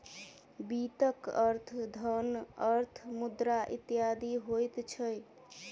वित्तक अर्थ धन, अर्थ, मुद्रा इत्यादि होइत छै